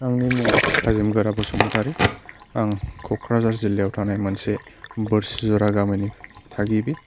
आंनि मुङा थाजिमगोरा बसुमतारि आं क'क्राझार जिल्लायाव थानाय मोनसे बोरसिज'रा गामिनि थागिबि